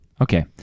Okay